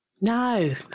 No